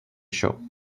show